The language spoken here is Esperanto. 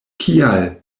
kial